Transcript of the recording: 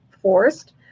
forced